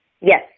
Yes